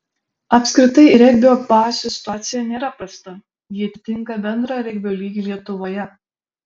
apskritai regbio bazių situacija nėra prasta ji atitinka bendrą regbio lygį lietuvoje